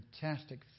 fantastic